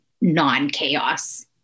non-chaos